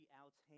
outs